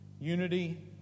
unity